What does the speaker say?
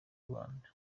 rwanda